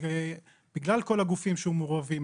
בגלל כל הגופים שמעורבים.